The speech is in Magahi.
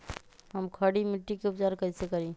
हम खड़ी मिट्टी के उपचार कईसे करी?